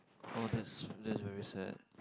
oh that's that's very sad